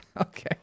okay